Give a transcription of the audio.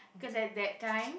cause at that time